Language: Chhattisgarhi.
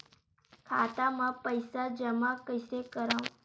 खाता म पईसा जमा कइसे करव?